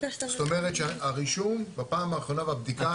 זאת אומרת שהרישום בפעם האחרונה בבדיקה.